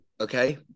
okay